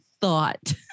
thought